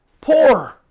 Poor